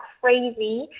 crazy